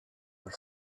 were